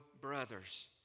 brothers